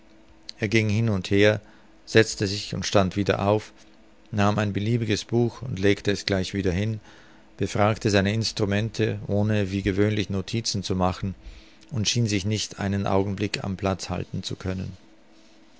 er ging hin und her setzte sich und stand wieder auf nahm ein beliebiges buch und legte es gleich wieder hin befragte seine instrumente ohne wie gewöhnlich notizen zu machen und schien sich nicht einen augenblick am platz halten zu können